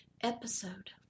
Episode